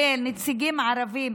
לנציגים ערבים,